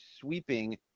sweeping